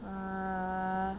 ah